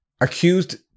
accused